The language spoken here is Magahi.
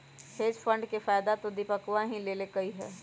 हेज फंड के फायदा तो दीपकवा ही लेल कई है